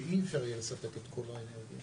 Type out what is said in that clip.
שאי אפשר יהיה לספק את כל האנרגיה